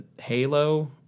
halo